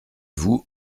vous